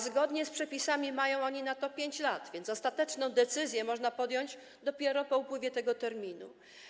Zgodnie z przepisami mają oni na to 5 lat, więc ostateczną decyzję można podjąć dopiero po upływie tego terminu.